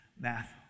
math